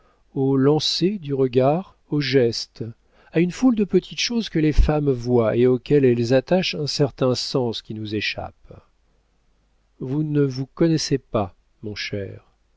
lancer du regard au geste à une foule de petites choses que les femmes voient et auxquelles elles attachent un certain sens qui nous échappe vous ne vous connaissez pas mon cher